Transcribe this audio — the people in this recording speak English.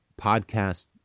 podcast